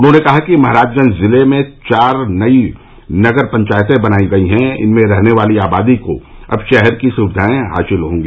उन्होंने कहा कि महराजगंज जिले में चार नई नगर पंचायतें बनायी गई हैं इनमें रहने वाली आबादी को अब शहर की सुविधाएं हासिल होंगी